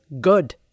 good